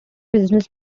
business